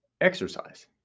Exercise